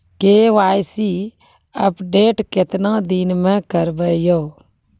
KYC update केतना दिन मे करेबे यो?